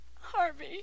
Harvey